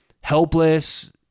helpless